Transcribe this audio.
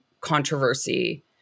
controversy